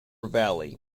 valley